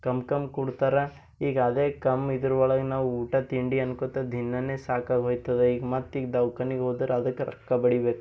come ಕಮ್ ಕೊಡ್ತಾರ ಈಗ ಅದೇ ಕಮ್ ಇದ್ರೊಳಗೆ ನಾವು ಊಟ ತಿಂಡಿ ಅನ್ಕೋತೀವಿ ದಿನನೇ ಸಾಕಾಗೋಯ್ತದೆ ಈಗ ಮತ್ತೀಗ ದವಾಖಾನಿಗೆ ಹೋದರೆ ಅದಕ್ಕೆ ರೊಕ್ಕ ಬಡಿಬೇಕು